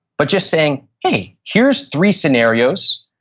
but just saying, hey, here's three scenarios,